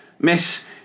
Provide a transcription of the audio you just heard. Miss